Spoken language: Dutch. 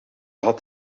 had